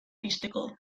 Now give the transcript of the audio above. pizteko